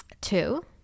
Two